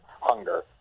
hunger